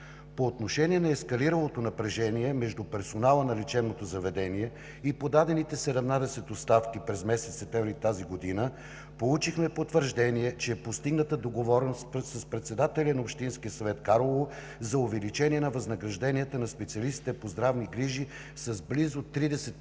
По отношение на ескалиралото напрежение между персонала на лечебното заведение и подадените 17 оставки през месец септември тази година получихме потвърждение, че е постигната договореност с председателя на Общинския съвет – Карлово, за увеличение на възнагражденията на специалистите по здравни грижи с близо 30%,